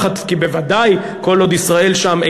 בוודאי כל עוד ישראל שם,